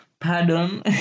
Pardon